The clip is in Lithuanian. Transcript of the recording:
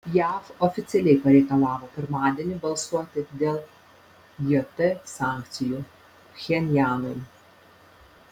jav oficialiai pareikalavo pirmadienį balsuoti dėl jt sankcijų pchenjanui